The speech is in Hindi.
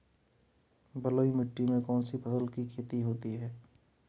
बलुई मिट्टी में कौनसी फसल की खेती होती है?